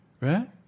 Right